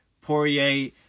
Poirier